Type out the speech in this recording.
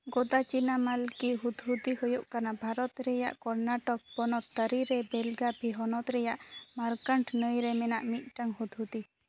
ᱜᱳᱫᱟ ᱪᱤᱱᱟ ᱢᱟᱞᱠᱤ ᱦᱩᱫᱽ ᱦᱩᱫᱤ ᱦᱩᱭᱩᱜ ᱠᱟᱱᱟ ᱵᱷᱟᱨᱚᱛ ᱨᱮᱭᱟᱜ ᱠᱚᱨᱱᱟᱴᱚᱠ ᱯᱚᱱᱚᱛ ᱛᱟᱹᱨᱤ ᱨᱮ ᱵᱮᱞᱜᱟᱵᱷᱤ ᱦᱚᱱᱚᱛ ᱨᱮᱭᱟᱜ ᱢᱟᱨᱠᱚᱱᱰ ᱱᱟᱹᱭ ᱨᱮ ᱢᱮᱱᱟᱜ ᱢᱤᱫᱴᱟᱝ ᱦᱩᱫᱽᱦᱩᱫᱤ